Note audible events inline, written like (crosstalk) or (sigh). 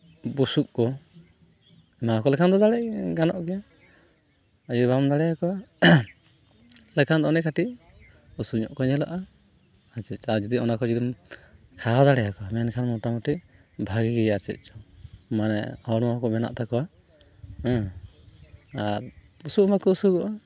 ᱵᱩᱥᱩᱯ ᱠᱚ ᱮᱢᱟᱣᱟᱠᱚ ᱞᱮᱠᱷᱟᱱ (unintelligible) ᱜᱟᱱᱚᱜ ᱜᱮᱭᱟ ᱟᱨ ᱡᱩᱫᱤ ᱵᱟᱢ ᱫᱟᱲᱮᱭᱟᱠᱚᱣᱟ ᱞᱮᱠᱷᱟᱱ ᱚᱱᱮ ᱠᱟᱹᱴᱤᱡ ᱩᱥᱩᱞ ᱧᱚᱜ ᱠᱚ ᱧᱮᱞᱚᱜᱼᱟ ᱟᱨ ᱪᱮᱫ ᱚᱱᱟ ᱠᱚ ᱡᱩᱫᱤᱢ ᱠᱷᱟᱣᱟᱣ ᱫᱟᱲᱮᱭᱟᱠᱚᱣᱟ ᱮᱱᱠᱷᱟᱱ ᱢᱚᱴᱟᱢᱩᱴᱤ ᱵᱷᱟᱹᱜᱤ ᱜᱮᱭᱟ ᱟᱨ ᱪᱮᱫ ᱪᱚᱝ ᱢᱟᱱᱮ ᱦᱚᱲᱢᱚ ᱠᱚ ᱵᱮᱱᱟᱜ ᱛᱟᱠᱚᱣᱟ ᱦᱩᱸ ᱟᱨ ᱩᱥᱩᱞ ᱦᱚᱸᱠᱚ ᱩᱥᱩᱞᱚᱜᱼᱟ